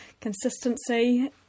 Consistency